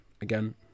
again